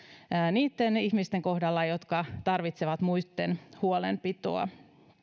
niitten ihmisten kohdalla jotka tarvitsevat muitten huolenpitoa